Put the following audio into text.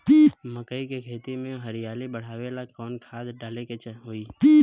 मकई के खेती में हरियाली बढ़ावेला कवन खाद डाले के होई?